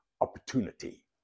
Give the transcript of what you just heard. opportunity